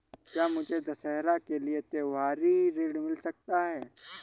क्या मुझे दशहरा के लिए त्योहारी ऋण मिल सकता है?